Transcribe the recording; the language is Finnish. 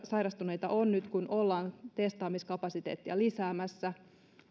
sairastuneita on nyt kun ollaan testaamiskapasiteettia lisäämässä